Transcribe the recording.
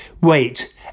Wait